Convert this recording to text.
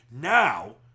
now